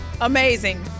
Amazing